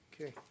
Okay